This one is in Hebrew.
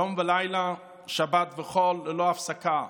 יום ולילה, שבת וחול, ללא הפסקה.